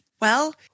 Well-